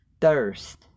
thirst